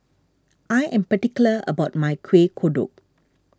I am particular about my Kueh Kodok